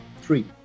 Three